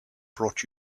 brought